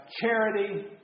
charity